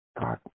God